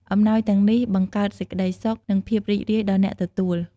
អំណោយទាំងនេះបង្កើតសេចក្ដីសុខ និងភាពរីករាយដល់អ្នកទទួល។